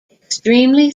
extremely